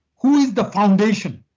who is the foundation?